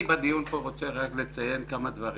אני בדיון פה רוצה לציין כמה דברים: